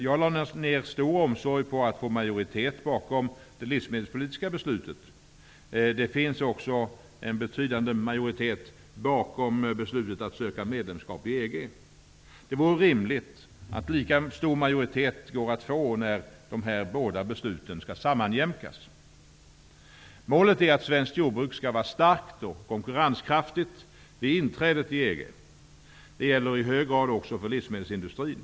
Jag lade ned stor omsorg på att få majoritet bakom det livsmedelspolitiska beslutet. Det finns också en betydande majoritet bakom beslutet att söka medlemskap i EG. Det vore rimligt att majoriteten blir lika stor när dessa båda beslut skall sammanjämkas. Målet är att svenskt jordbruk skall vara starkt och konkurrenskraftigt vid inträdet i EG. Det gäller i hög grad också för livsmedelsindustrin.